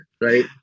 Right